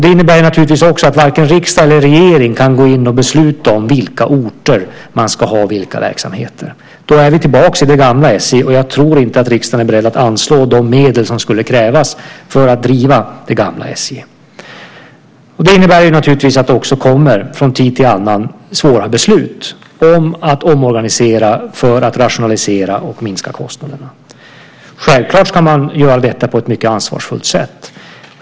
Det innebär naturligtvis också att varken riksdag eller regering kan gå in och besluta om på vilka orter som man ska ha olika verksamheter. Då är vi tillbaka till det gamla SJ, och jag tror inte att riksdagen är beredd att anslå de medel som skulle krävas för att driva det gamla SJ. Detta innebär naturligtvis att det från tid till annan också kommer svåra beslut om att omorganisera för att rationalisera och minska kostnaderna. Självklart ska man göra detta på ett mycket ansvarsfullt sätt.